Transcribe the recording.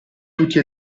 tutti